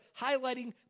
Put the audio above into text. highlighting